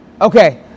Okay